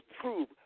prove